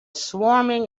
swarming